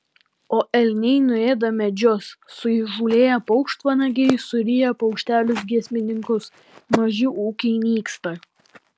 o elniai nuėda medžius suįžūlėję paukštvanagiai suryja paukštelius giesmininkus maži ūkiai nyksta